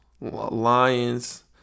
Lions